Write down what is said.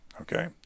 okay